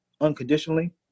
unconditionally